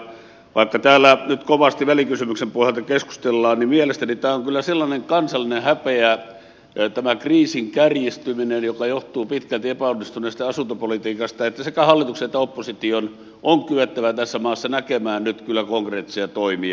vaikka täällä nyt kovasti välikysymyksen pohjalta keskustellaan niin mielestäni tämä kriisin kärjistyminen on kyllä sellainen kansallinen häpeä joka johtuu pitkälti epäonnistuneesta asuntopolitiikasta että sekä hallituksen että opposition on kyettävä tässä maassa näkemään nyt kyllä konkreettisia toimia